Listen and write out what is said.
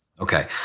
Okay